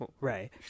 Right